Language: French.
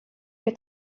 que